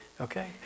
Okay